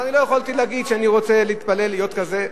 אבל לא יכולתי להגיד שאני רוצה להתפלל להיות כזה.